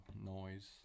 noise